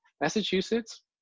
Massachusetts